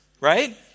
right